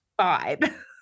vibe